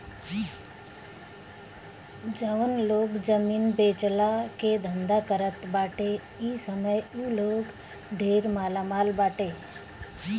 जउन लोग जमीन बेचला के धंधा करत बाटे इ समय उ लोग ढेर मालामाल बाटे